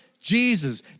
Jesus